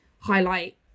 highlight